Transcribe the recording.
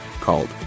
called